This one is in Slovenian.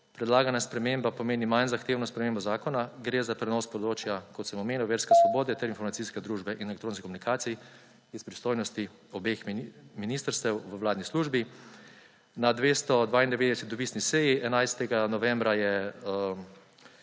predlagana sprememba pomeni manj zahtevno spremembo zakona, gre za prenos področja, kot sem omenil, verske svobode, ter informacijske družbe in elektronskih komunikacij iz pristojnosti obeh ministrstev v vladni službi na 292. dopisni seji 11. novembra je